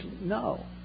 no